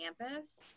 campus